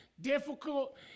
difficult